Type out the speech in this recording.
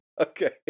Okay